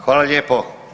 Hvala lijepo.